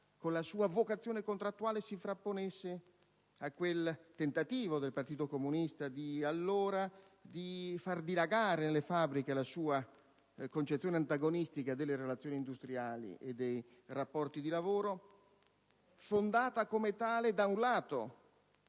e la sua vocazione contrattuale, si frapponesse al tentativo del Partito Comunista di allora di far dilagare nelle fabbriche la sua concezione antagonistica delle relazioni industriali e dei rapporti di lavoro, fondata come tale, da un lato,